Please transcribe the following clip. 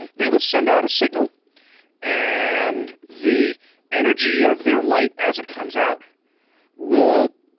they will send out a signal and the energy of their light as it comes out will,